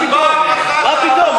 פעם אחת תענו מה תעשו, מה פתאום?